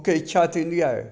मूंखे इछा थींदी आहे